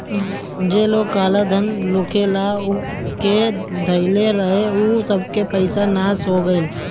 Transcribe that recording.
जे लोग काला धन लुकुआ के धइले रहे उ सबके पईसा के नाश हो गईल